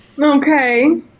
Okay